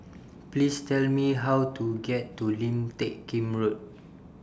Please Tell Me How to get to Lim Teck Kim Road